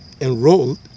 enrolled